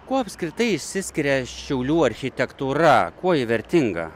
kuo apskritai išsiskiria šiaulių architektūra kuo ji vertinga